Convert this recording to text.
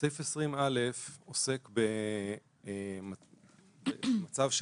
סעיף 20א עוסק במצב של